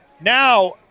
now